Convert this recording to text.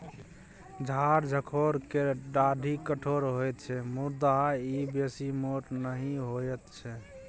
झार झंखोर केर डाढ़ि कठोर होइत छै मुदा ई बेसी मोट नहि होइत छै